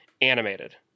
animated